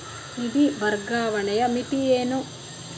ನಿಧಿ ವರ್ಗಾವಣೆಯ ಮಿತಿ ಏನು?